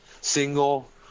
single